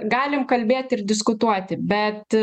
galim kalbėt ir diskutuoti bet